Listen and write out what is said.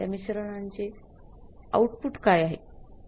त्या मिश्रणाचे आउटपुट काय हे